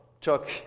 took